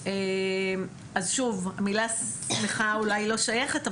אז שוב המילה שמחה אולי לא שייכת,